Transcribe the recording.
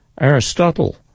Aristotle